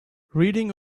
reading